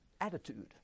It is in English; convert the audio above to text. attitude